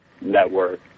network